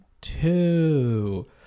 two